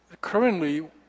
currently